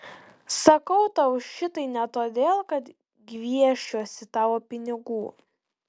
sakau tau šitai ne todėl kad gviešiuosi tavo pinigų